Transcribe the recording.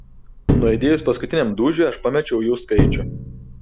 nuaidėjus paskutiniam dūžiui aš pamečiau jų skaičių